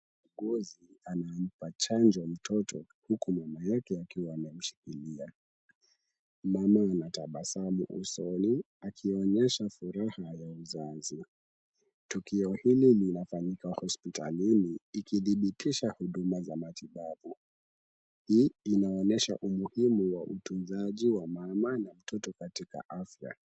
Muuguzi anampa chanjo mtoto huku mama yake akiwa amemshikilia. Mama anatabasamu usoni akionyesha furaha ya uzazi. Tukio hili linafanyika hospitalini ikidhibitisha huduma za matibabu. Hii inaonyesha umuhimu wa utunzaji wa mama na watoto katika afya.